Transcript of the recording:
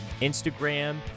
Instagram